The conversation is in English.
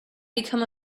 become